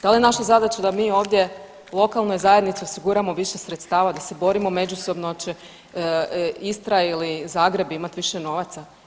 Da li je naša zadaća da mi ovdje lokalnoj zajednici osiguramo više sredstava da se borimo međusobno hoće li Istra ili Zagreb imati više novaca?